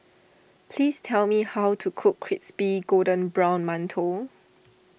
please tell me how to cook Crispy Golden Brown Mantou